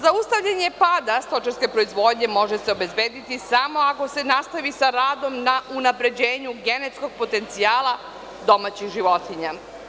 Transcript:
Zaustavljanje pada stočarske proizvodnje može se obezbediti samo ako se nastavi sa radom na unapređenju genetskog potencijala domaćih životinja.